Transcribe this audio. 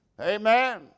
Amen